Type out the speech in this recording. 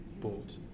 bought